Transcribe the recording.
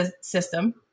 system